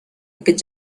aquest